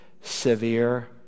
severe